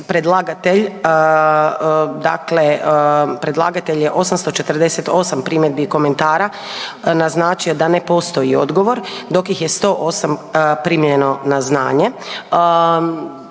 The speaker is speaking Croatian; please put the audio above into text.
predlagatelj je 848 primjedbi i komentara naznačio da ne postoji odgovor, dok ih je 108 primljeno na znanje.